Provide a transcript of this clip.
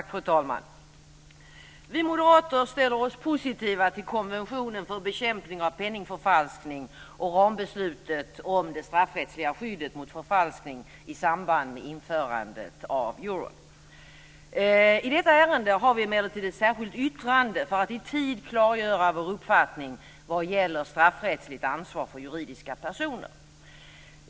Fru talman! Vi moderater ställer oss positiva till konventionen för bekämpning av penningförfalskning och rambeslutet om det straffrättsliga skyddet mot förfalskning i samband med införandet av euro. I detta ärende har vi emellertid ett särskilt yttrande för att i tid klargöra vår uppfattning vad gäller straffrättsligt ansvar för juridiska personer.